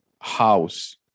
house